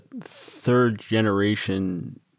third-generation